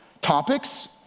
topics